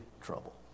trouble